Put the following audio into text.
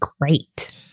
great